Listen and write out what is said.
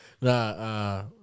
Nah